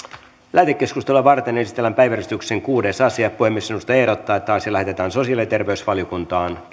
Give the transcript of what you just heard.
lähetekeskustelua varten esitellään päiväjärjestyksen kuudes asia puhemiesneuvosto ehdottaa että asia lähetetään sosiaali ja terveysvaliokuntaan